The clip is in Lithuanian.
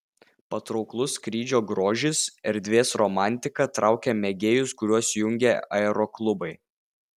patrauklus skrydžio grožis erdvės romantika traukia mėgėjus kuriuos jungia aeroklubai